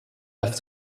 off